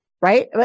right